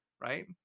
Right